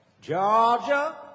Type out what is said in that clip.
Georgia